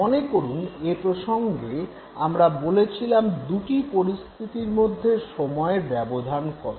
মনে করুন এর প্রসঙ্গে আমরা বলেছিলাম দু'টি পরিস্থিতির মধ্যে সময়ের ব্যবধান কত